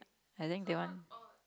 and then that one